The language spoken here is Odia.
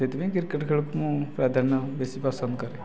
ସେଇଥି ପାଇଁ କ୍ରିକେଟ ଖେଳକୁ ମୁଁ ପ୍ରାଧାନ୍ୟ ବେଶି ପସନ୍ଦ କରେ